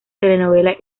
telenovela